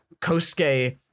kosuke